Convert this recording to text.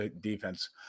defense